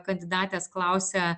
kandidatės klausė